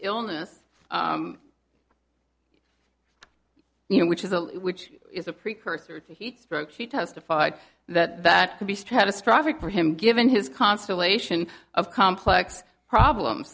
illness you know which is a which is a precursor to heat stroke she testified that that could be stratus traffic for him given his constellation of complex problems